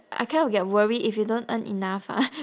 I kind of get worried if you don't earn enough ah